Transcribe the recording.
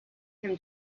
him